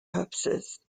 purposes